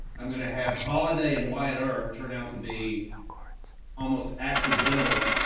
i'm going to have holiday and wyatt earp turn out to be almost accidental